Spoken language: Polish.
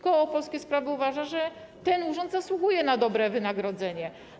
Koło Polskie Sprawy uważa, że ten urząd zasługuje na dobre wynagrodzenie.